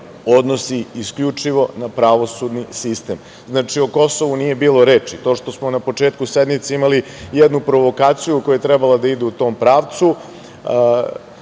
odnosi isključivo na pravosudni sistem. Znači, o Kosovu nije bilo reči. To što smo na početku sednice imali jednu provokaciju, koja je trebala da ide u tom pravcu,